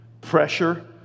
pressure